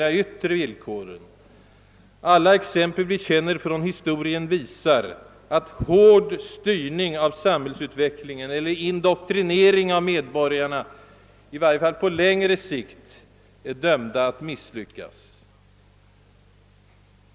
Alla exempel vi känner från historien visar att hård styrning av samhällsutvecklingen eller indoktrinering av medborgarna i varje fall på längre sikt är dömd att misslyckas.